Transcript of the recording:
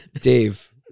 Dave